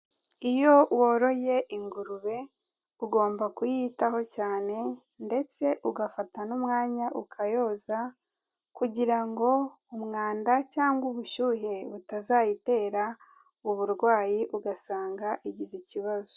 Iyo woroye ingurube ugomba kuyitaho cyane ndetse ugafata n'umwanya ukayoza kugira ngo umwanda cyangwa ubushyuhe butazayitera uburwayi ugasanga igize ikibazo.